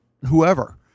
whoever